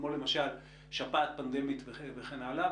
כמו למשל שפעת פנדמית וכן הלאה,